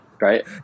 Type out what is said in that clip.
Right